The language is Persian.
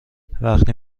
وقتی